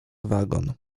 wagon